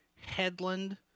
Headland